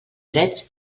drets